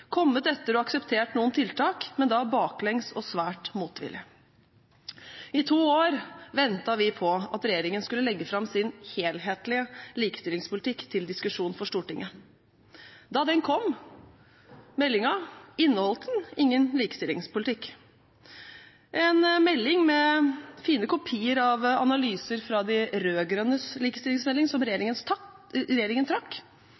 kommet etter og akseptert noen tiltak, men da baklengs og svært motvillig. I to år ventet vi på at regjeringen skulle legge fram sin helhetlige likestillingspolitikk til diskusjon for Stortinget. Da meldingen kom, inneholdt den ingen likestillingspolitikk. Det var en melding med fine kopier av analyser fra de rød-grønnes likestillingsmelding, som regjeringen trakk,